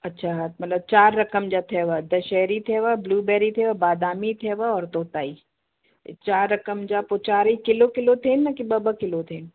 अच्छा हा मतिलब चारि रक़म जा थियव दशहरी थियव ब्लूबेरी थियव बादामी थियव और तोताई हे चारि रक़म जा पोइ चारि ई किलो किलो थियनि न की ॿ ॿ किलो थियनि